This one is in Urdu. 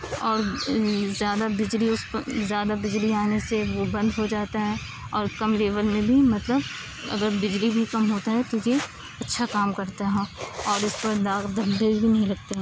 اور زیادہ بجلی زیادہ بجلی آنے سے وہ بند ہو جاتا ہے اور کم لیول میں بھی مطلب اگر بجلی بھی کم ہوتا ہے تو بھی اچھا کام کرتا ہے اور اس پر داغ دھبے بھی نہیں لگتے ہیں